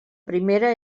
primera